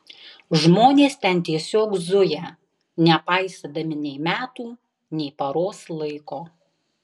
žmonės ten tiesiog zuja nepaisydami nei metų nei paros laiko